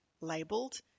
labeled